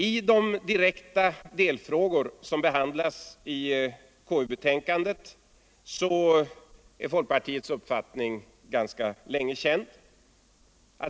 I de direkta delfrågor som behandlas i KU-betänkandet är folkpartiets uppfattning sedan ganska länge känd.